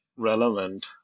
relevant